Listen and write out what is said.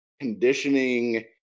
conditioning